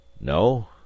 No